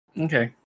Okay